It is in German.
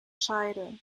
scheide